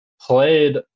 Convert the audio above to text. played